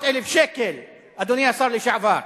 400,000 שקל, אדוני השר לשעבר.